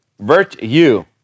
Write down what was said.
virtue